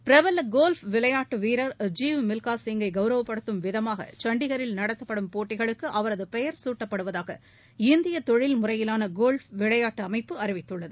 பிரபல கோல்ப் விளையாட்டு வீரர் ஜீவ் மில்கா சிங்கை கவுரவப்படுத்தும் விதமாக சண்டிகரில் நடத்தப்படும் போட்டிகளுக்கு அவரது பெயர் குட்டப்படுவதாக இந்திய தொழில்முறையிலாள கோல்ப் விளையாட்டு அமைப்பு அறிவித்துள்ளது